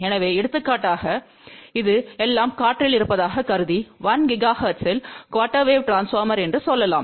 எனவே எடுத்துக்காட்டாக இது எல்லாம் காற்றில் இருப்பதாக கருதி 1 GHz இல் குஆர்டெர் வேவ் ட்ரான்ஸ்போர்மர் என்று சொல்லலாம்